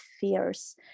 fears